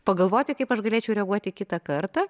pagalvoti kaip aš galėčiau reaguoti kitą kartą